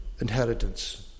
inheritance